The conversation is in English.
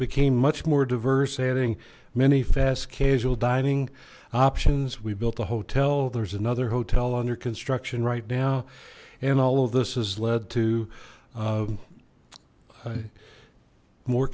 became much more diverse adding many fast casual dining options we built a hotel there's another hotel under construction right now and all of this has led to more